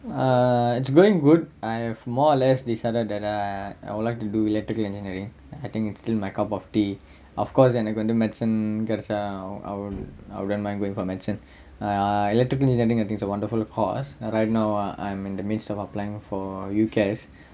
uh it's going good I've more or less decided that err I would like to do electrical engineering I think it's still my cup of tea of course if I can do medicine gets our our our I won't mind going for medicine err electrical engineering is a wonderful course right now I'm in the midst of applying for U_C_A_S_I